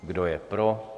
Kdo je pro?